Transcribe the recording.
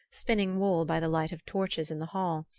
spinning wool by the light of torches in the hall,